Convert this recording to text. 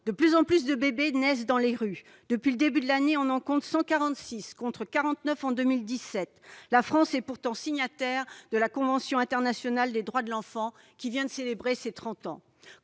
De plus en plus de bébés naissent dans les rues : depuis le début de l'année, on en compte 146, contre 49 en 2017. La France est pourtant signataire de la convention internationale des droits de l'enfant, dont on vient de célébrer les trente